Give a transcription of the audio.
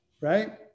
right